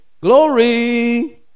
glory